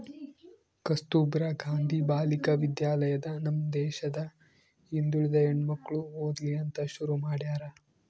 ಕಸ್ತುರ್ಭ ಗಾಂಧಿ ಬಾಲಿಕ ವಿದ್ಯಾಲಯ ನಮ್ ದೇಶದ ಹಿಂದುಳಿದ ಹೆಣ್ಮಕ್ಳು ಓದ್ಲಿ ಅಂತ ಶುರು ಮಾಡ್ಯಾರ